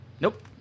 Nope